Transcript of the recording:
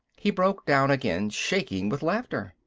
he broke down again, shaking with laughter.